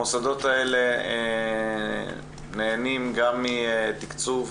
המוסדות האלה נהנים גם מתקצוב,